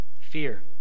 Fear